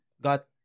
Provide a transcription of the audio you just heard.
got